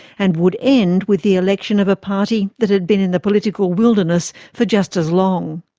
and would end with the election of a party that had been in the political wilderness for just as long.